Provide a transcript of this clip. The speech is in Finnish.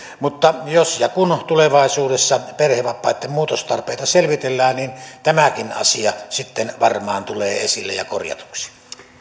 jos ja kun tulevaisuudessa perhevapaitten muutostarpeita selvitellään niin tämäkin asia sitten varmaan tulee esille ja korjatuksi